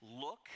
look